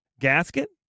gasket